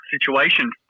situation